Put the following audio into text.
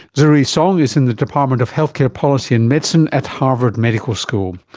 zirui song is in the department of healthcare policy and medicine at harvard medical school.